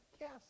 yes